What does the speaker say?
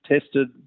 tested